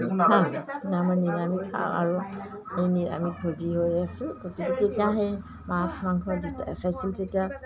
মই নিৰামিষ খাওঁ আৰু আমি নিৰামিষভোজী হৈ আছো তেতিয়া সেই মাছ মাংস তেতিয়া